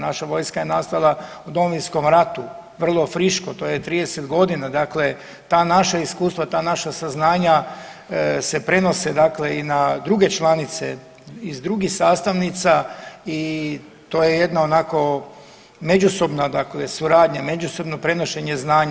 Naša vojske je nastala u Domovinskom ratu, vrlo friško, to je 30 godina, dakle ta naša iskustva, ta naša saznanja se prenose dakle i na druge članice iz drugih sastavnica i to je jedna onako međusobna dakle suradnja, međusobno prenošenje znanja.